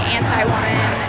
anti-woman